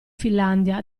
finlandia